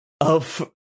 of-